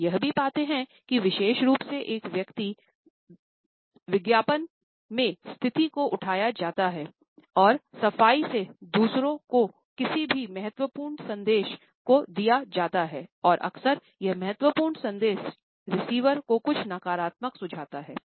हम यह भी पाते हैं कि विशेष रूप से एक व्यक्ति द्वारा विज्ञापन में स्थिति को उठाया जाता है और सफाई से दूसरों को किसी भी महत्वपूर्ण संदेश दिया जाता हैं और अक्सर यह महत्वपूर्ण संदेश रिसीवर को कुछ नकारात्मक सुझाता है